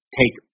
take